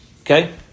okay